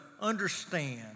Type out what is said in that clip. understand